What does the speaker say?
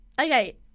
Okay